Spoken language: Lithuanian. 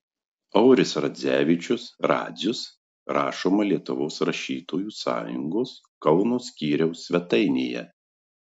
auris radzevičius radzius rašoma lietuvos rašytojų sąjungos kauno skyriaus svetainėje